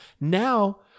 now